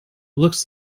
looks